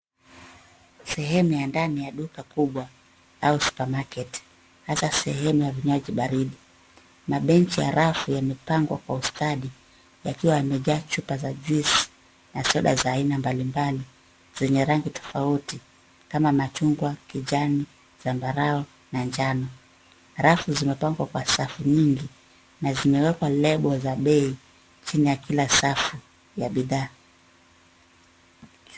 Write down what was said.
Sehemu ya ndani ya duka kubwa au supermarket hasa sehemu ya vinywaji baridi. Mabenchi ya rafu yamepangwa kwa ustadi. Yakiwa yamejaa chupa za juice. Na soda za aina mbalimbali zenye rangi tofauti kama machungwa, kijani, zambarao na njano. Rafu zimepangwa kwa safu nyingi, na zimewekwa lebo za bei chini ya kila safu ya bidhaa.